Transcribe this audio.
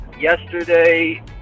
Yesterday